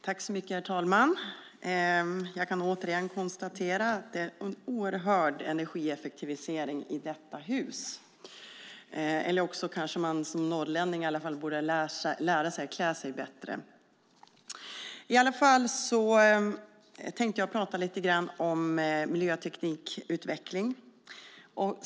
Herr talman! Jag kan återigen konstatera att det är en oerhörd energieffektivisering i detta hus. Eller också borde man som norrlänning kanske lära sig att klä sig bättre. Jag tänker prata lite grann om miljöteknikutveckling.